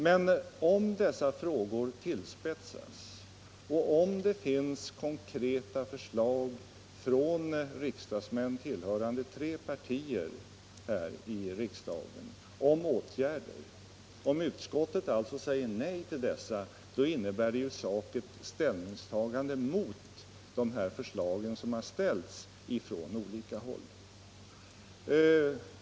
Men om dessa frågor tillspetsas — det finns konkreta förslag från riksdagsmän tillhörande tre partier här i riksdagen om åtgärder — och om utskottet säger nej till dessa, innebär det i sak ett ställningstagande mot de förslag som ställts från olika håll.